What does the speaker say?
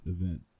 event